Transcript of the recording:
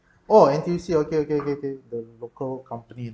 oh N_T_U_C okay okay okay okay local company